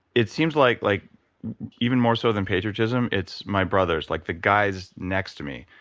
it seems like like even more so than patriotism it's, my brothers, like the guys next to me.